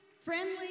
Friendly